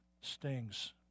stings